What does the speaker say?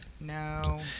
No